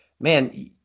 man